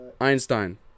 Einstein